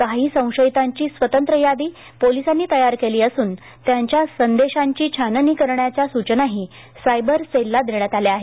काही संशियितांची स्वतंत्र यादी पोलिसांनी तयार केली असून त्यांच्या संदेशांची छाननी करण्याच्या सूचनाही सायबर सेलला देण्यात आल्या आहेत